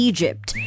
Egypt